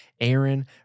Aaron